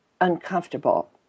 uncomfortable